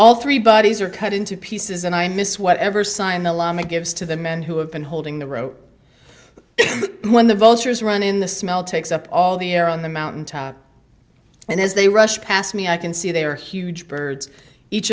all three bodies are cut into pieces and i miss whatever sign the lama gives to the men who have been holding the rope when the vultures run in the smell takes up all the air on the mountain top and as they rush past me i can see they are huge birds each